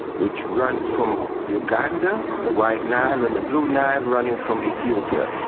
which runs from uganda, the white nile, and the blue nile running from ethiopia,